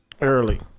Early